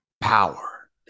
Power